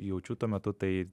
jaučiu tuo metu tai